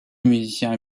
musicien